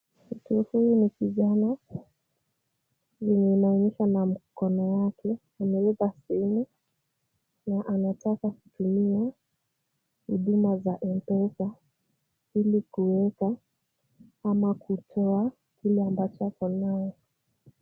Mtu huyu ni kijana vienye inaonyesha na mkono wake. Amebeba simu, na anataka kutumia huduma za M-pesa ili kuweka, ama kutoa kile ambacho ako nayo.